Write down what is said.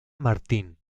martín